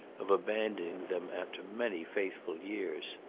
of abandoning them after many faithful years.